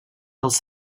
dels